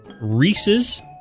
Reese's